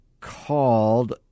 called